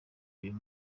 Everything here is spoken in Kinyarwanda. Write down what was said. uyu